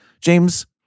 James